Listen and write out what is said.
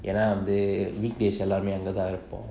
and I am they weekday salami and desirable